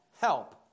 help